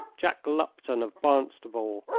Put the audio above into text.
jack lupton, of barnstable,